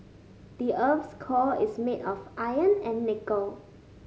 the earth's core is made of iron and nickel